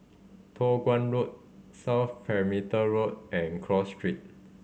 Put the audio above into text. Toh Guan Road South Perimeter Road and Cross Street